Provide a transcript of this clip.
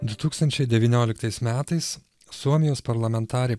du tūkstančiai devynioliktais metais suomijos parlamentarė